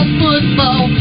football